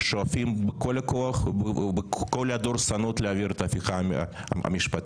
שואפים בכל הכוח ובכל הדורסנות להעביר את ההפיכה המשפטית.